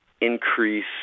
increase